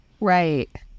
right